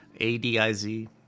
ADIZ